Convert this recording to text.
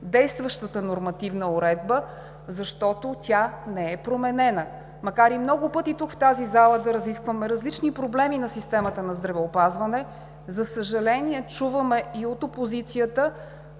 действащата нормативна уредба, защото тя не е променена. Макар и много пъти тук, в тази зала, да разискваме различни проблеми на системата на здравеопазване, за съжаление, чуваме, и от опозицията